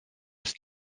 ist